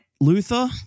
Luther